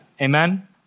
Amen